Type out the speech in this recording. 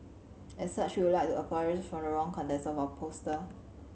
as such we would like to apologise for the wrong context of our poster